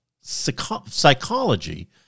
psychology